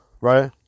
right